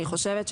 אני חושבת,